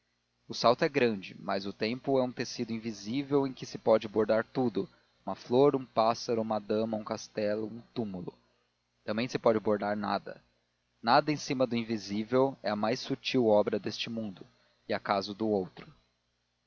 o salto é grande mas o tempo é um tecido invisível em que se pode bordar tudo uma flor um pássaro uma dama um castelo um túmulo também se pode bordar nada nada em cima de invisível é a mais subtil obra deste mundo e acaso do outro